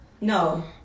No